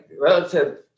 relative